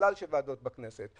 בכלל של ועדות בכנסת.